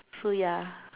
so ya